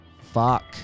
fuck